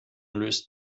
löst